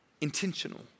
intentional